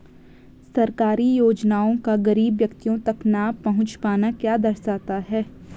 सरकारी योजनाओं का गरीब व्यक्तियों तक न पहुँच पाना क्या दर्शाता है?